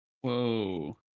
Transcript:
Whoa